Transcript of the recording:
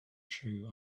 true